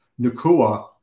Nakua